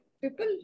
people